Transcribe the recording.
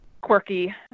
quirky